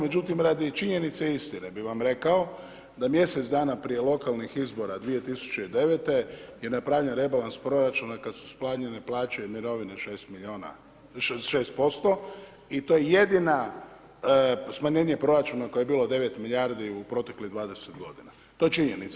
Međutim, radi činjenice istine bi vam rekao da mjesec dana prije lokalnih izbora 2009. je napravljen rebalans proračuna kada su smanjene plaće i mirovine 6 milijuna, 6% i to jedina smanjenje proračuna koje je bilo 9 milijardi u proteklih 20 godina, to je činjenica.